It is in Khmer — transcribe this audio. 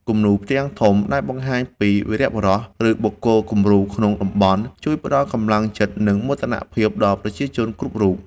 គំនូរផ្ទាំងធំ ដែលបង្ហាញពីវីរបុរស ឬបុគ្គលគំរូក្នុងតំបន់ ជួយផ្ដល់ជាកម្លាំងចិត្ត និងមោទនភាពដល់ប្រជាជនគ្រប់រូប។